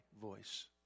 voice